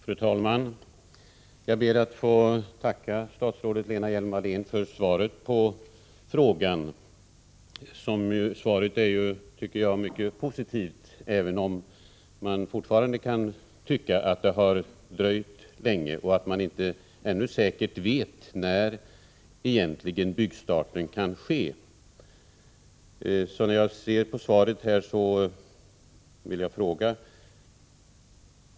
Fru talman! Jag ber att få tacka statsrådet Lena Hjelm-Wallén för svaret på frågan. Jag anser att svaret är mycket positivt, men man kan ju tycka att byggstarten har dröjt länge. Inte heller nu vet man säkert när den egentligen kan äga rum.